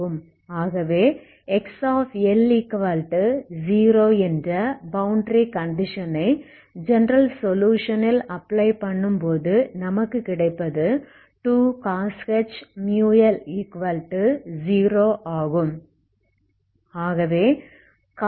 ஆகவே XL0என்ற boundary condition ஐ ஜெனரல் சொலுயுஷன் ல் அப்ளை பண்ணும்போது நமக்கு கிடைப்பது 2cosh μL 0ஆகும் ஆகவே cosh μL ≠0